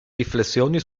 riflessioni